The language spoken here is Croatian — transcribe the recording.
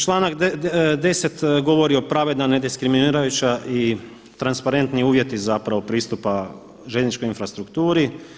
Članak 10. govori o, pravedna, nediskriminirajuća i transparentni uvjeti zapravo pristupa željezničkoj infrastrukturi.